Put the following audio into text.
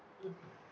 mmhmm